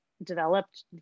developed